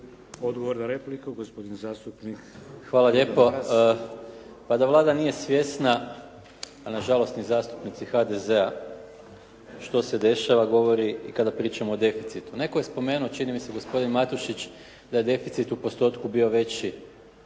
Odgovor na repliku gospodin zastupnik Gordan Maras. **Maras, Gordan (SDP)** Pa da Vlada nije svjesna, a na žalost ni zastupnici HDZ-a, što se dešava, govori i kada pričamo o deficitu. Netko je spomenuo čini mi se gospodin Matušić da je deficit u postotku bio veći